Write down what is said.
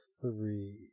three